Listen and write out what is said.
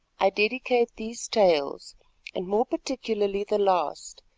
i dedicate these tales and more particularly the last,